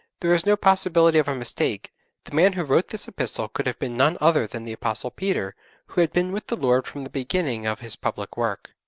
there is no possibility of a mistake the man who wrote this epistle could have been none other than the apostle peter who had been with the lord from the beginning of his public work.